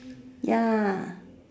ya